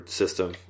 system